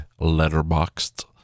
letterboxed